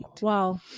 Wow